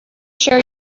share